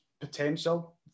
potential